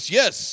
yes